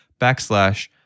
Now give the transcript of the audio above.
backslash